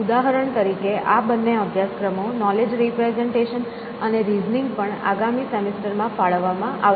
ઉદાહરણ તરીકે આ બંને અભ્યાસક્રમો નોલેજ રીપ્રેઝન્ટેશન અને રિઝનિંગ પણ આગામી સેમેસ્ટર માં ફાળવવામાં આવશે